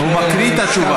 הוא מקריא את התשובה.